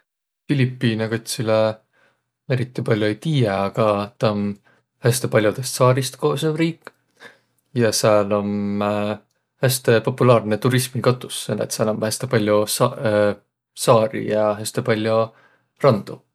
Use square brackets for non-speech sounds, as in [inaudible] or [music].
Filipiine kotsilõ eriti pall'o ei tiiäq, aga taa om häste pall'odõst saarist koosnõv riik ja sääl om [hesitation] häste populaarnõ turismikotus, selle et sääl om häste pall'o saa- [hesitation] saari ja häste pall'o randu.